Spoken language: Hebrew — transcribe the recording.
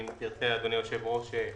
אם תרצה אדוני היושב ראש,